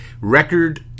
record